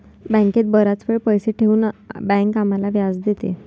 बँकेत बराच वेळ पैसे ठेवून बँक आम्हाला व्याज देते